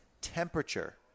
temperature